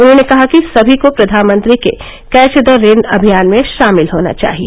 उन्होंने कहा कि सभी को प्रधानमंत्री के कैच द रेन अभियान में शामिल होना चाहिए